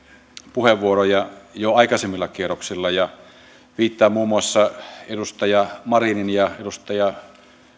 puheenvuoroja jo aikaisemmilla kierroksilla ja viittaan muun muassa edustaja marinin edustaja